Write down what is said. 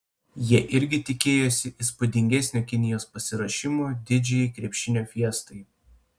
jie irgi tikėjosi įspūdingesnio kinijos pasiruošimo didžiajai krepšinio fiestai